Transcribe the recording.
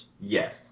Yes